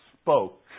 spoke